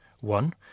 One